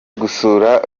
gusura